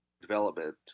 development